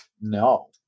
No